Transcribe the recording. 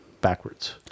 backwards